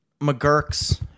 McGurk's